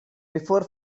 before